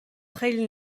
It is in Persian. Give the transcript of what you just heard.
خیلی